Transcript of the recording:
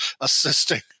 assisting